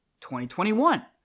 2021